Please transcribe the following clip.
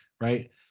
Right